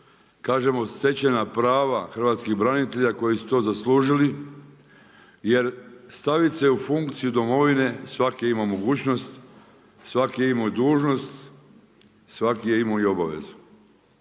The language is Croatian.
kažemo stečena prava hrvatskih branitelja koji su to zaslužili jer staviti se u funkciju Domovine svatko je imao mogućnost, svatko je imao i dužnost, svatko je imao i obavezu.